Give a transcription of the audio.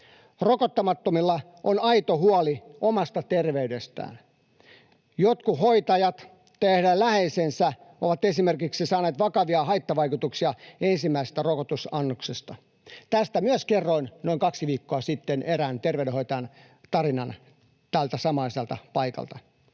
Rokottamattomilla on aito huoli omasta terveydestään. Jotkut hoitajat tai heidän läheisensä ovat esimerkiksi saaneet vakavia haittavaikutuksia ensimmäisestä rokoteannoksesta. Tästä myös kerroin noin kaksi viikkoa sitten, erään terveydenhoitajan tarinan, tältä samaiselta paikalta.